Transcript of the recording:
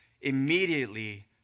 immediately